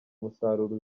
umusaruro